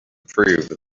prove